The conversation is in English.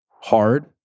hard